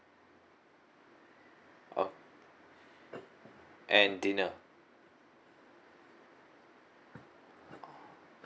oh and dinner